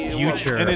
future